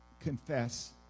confess